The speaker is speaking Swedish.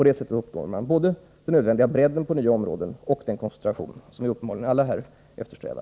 På det sättet uppnår man både den nödvändiga bredden på nya områden och den koncentration som vi uppenbarligen alla eftersträvar.